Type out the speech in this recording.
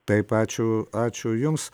taip ačiū ačiū jums